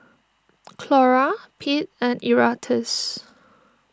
Clora Pete and Erastus